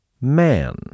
Man